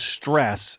stress